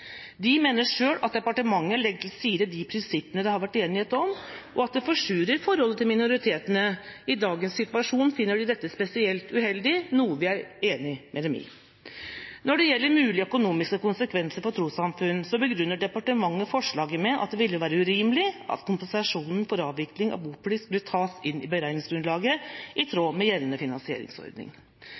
De mener selv at departementet legger til side de prinsippene det har vært enighet om, og at det forsurer forholdet til minoritetene. I dagens situasjon finner de dette spesielt uheldig, noe vi er enig med dem i. Når det gjelder mulige økonomiske konsekvenser for trossamfunn, begrunner departementet forslaget med at det ville være urimelig at kompensasjonen for avvikling av boplikt skulle tas inn i beregningsgrunnlaget i tråd med gjeldende finansieringsordning.